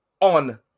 on